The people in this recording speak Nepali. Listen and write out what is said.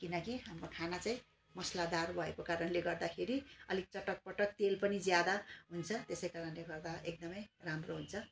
किनकि हाम्रो खाना चाहिँ मसलादार भएको कारणले गर्दाखेरि अलिक चटकपटक तेल पनि ज्यादा हुन्छ त्यसै कारणले गर्दा एकदमै राम्रो हुन्छ